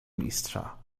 mistrza